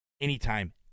anytime